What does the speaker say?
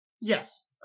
Yes